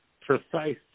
precise